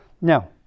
Now